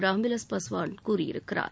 ராம்விவாஸ் பாஸ்வான் கூறியிருக்கிறார்